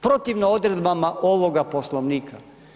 Protivno odredbama ovoga Poslovnika.